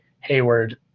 Hayward